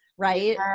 right